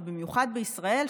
ובמיוחד בישראל,